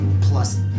plus